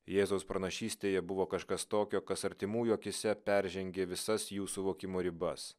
jėzaus pranašystėje buvo kažkas tokio kas artimųjų akyse peržengė visas jų suvokimo ribas